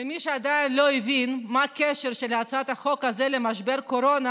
ומי שעדיין לא הבין את הקשר של הצעת החוק הזו למשבר הקורונה,